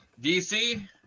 DC